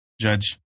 judge